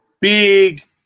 big